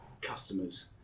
customers